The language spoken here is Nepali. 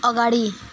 अगाडि